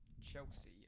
Chelsea